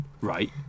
Right